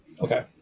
Okay